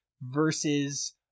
versus